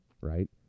Right